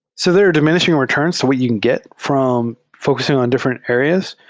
so there are diminishing returns to what you can get from focusing on different areas.